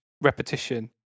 repetition